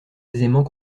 aisément